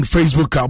Facebook